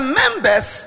members